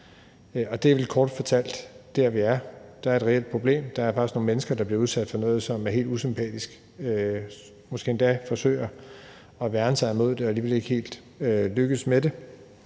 Det er vel kort fortalt der, vi er. Der er altså et reelt problem, for der er faktisk nogle mennesker, der bliver udsat for noget, som er helt usympatisk, og som måske endda forsøger at værne sig imod det, men ikke helt lykkes med det